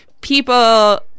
people